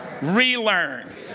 relearn